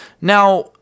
Now